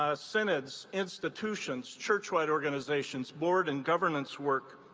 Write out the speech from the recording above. ah synods, institutions, churchwide organizations, board and governance work.